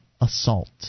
assault